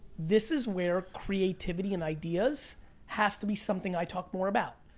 this is where creativity and ideas has to be something i talk more about.